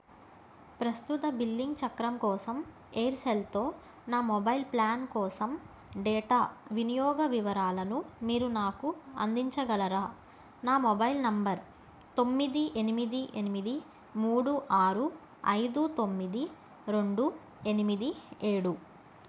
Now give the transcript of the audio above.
ప్రస్తుత బిల్లింగ్ చక్రం కోసం ఎయిర్సెల్తో నా మొబైల్ ప్లాన్ కోసం డేటా వినియోగ వివరాలను మీరు నాకు అందించగలరా నా మొబైల్ నెంబర్ తొమ్మిది ఎనిమిది ఎనిమిది మూడు ఆరు ఐదు తొమ్మిది రెండు ఎనిమిది ఏడు